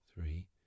three